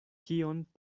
kion